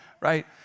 right